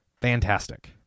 fantastic